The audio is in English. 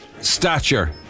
stature